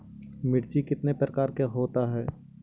मिर्ची कितने प्रकार का होता है?